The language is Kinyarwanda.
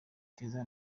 keza